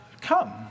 come